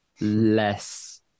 less